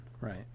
right